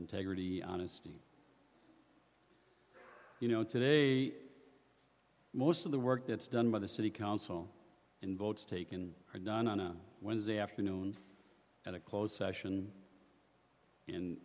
integrity honesty you know today most of the work that's done by the city council and votes taken are done on a wednesday afternoon at a closed session